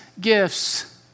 gifts